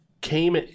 came